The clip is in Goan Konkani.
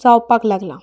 जावपाक लागलां